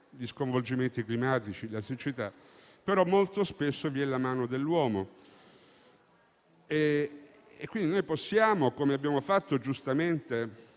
agli sconvolgimenti climatici e alla siccità), molto spesso vi è anche la mano dell'uomo. Quindi noi possiamo, come abbiamo fatto giustamente,